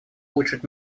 улучшить